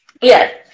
Yes